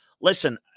Listen